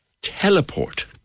teleport